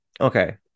okay